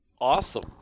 awesome